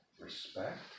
respect